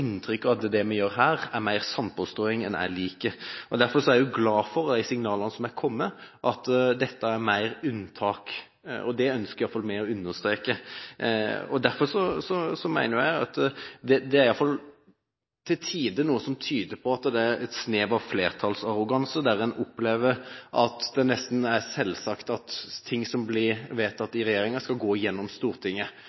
inntrykk av at det vi gjør her, er mer sandpåstrøing enn jeg liker. Derfor er jeg glad for de signalene som har kommet om at dette er mer et unntak. Det ønsker iallfall vi å understreke. Derfor mener jeg at det iallfall til tider er noe som tyder på et snev av flertallsarroganse, der en opplever at det nesten er selvsagt at ting som blir vedtatt